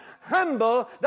humble